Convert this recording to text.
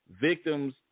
victims